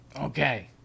Okay